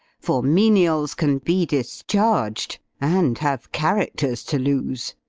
for menials can be discharged, and have characters to lose!